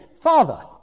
Father